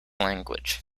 language